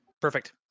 Perfect